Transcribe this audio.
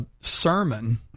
sermon